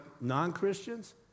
non-Christians